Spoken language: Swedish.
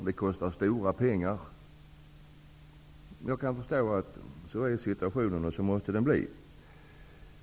Det kostar mycket pengar. Jag kan förstå detta och att det måste vara så.